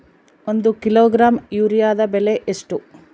ಒಂದು ಕಿಲೋಗ್ರಾಂ ಯೂರಿಯಾದ ಬೆಲೆ ಎಷ್ಟು?